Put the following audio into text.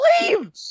leave